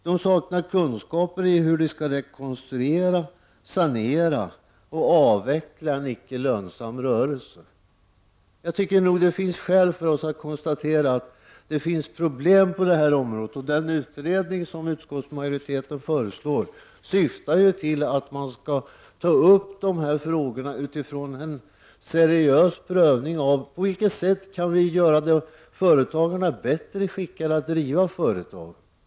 De saknar kunskaper i hur de skall rekonstruera, sanera eller avveckla en icke lönsam rörelse. Det finns skäl att konstatera att det existerar problem på det här området. Den utredning som utskottsmajoriteten föreslår syftar till att ta upp dessa frågor till en seriös prövning. På vilket sätt kan vi göra företagarna bättre skickade att driva företag?